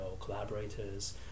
collaborators